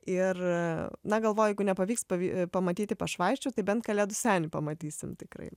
ir na galvoju jeigu nepavyks pavy pamatyti pašvaisčių tai bent kalėdų senį pamatysim tikrai